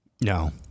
no